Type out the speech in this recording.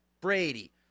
Brady